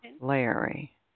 Larry